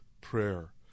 prayer